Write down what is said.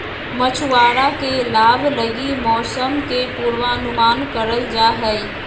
मछुआरा के लाभ लगी मौसम के पूर्वानुमान करल जा हइ